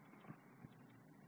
याचा सहज अर्थ काय आहे